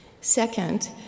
Second